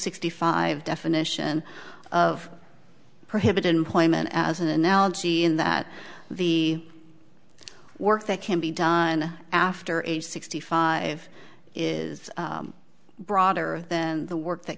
sixty five definition of prohibited employment as an analogy in that the work that can be done after age sixty five is broader than the work that